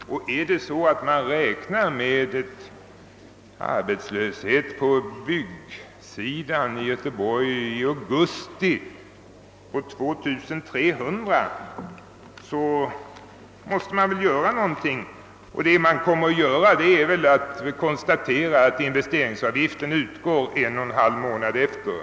Om man i Göteborg på byggsidan räknar med en arbetslöshet på 2300 arbetare i augusti 1968, så måste man väl göra någonting. Vad som då ligger närmast till hands är väl att konstatera, att investeringsavgiften upphör en och en halv månad senare.